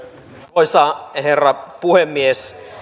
arvoisa herra puhemies